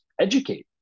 educate